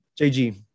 JG